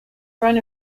run